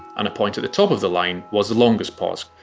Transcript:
and a point at the top of the line was the longest pause,